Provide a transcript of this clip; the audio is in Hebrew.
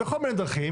בכל מיני דרכים.